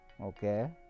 okay